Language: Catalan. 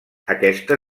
aquesta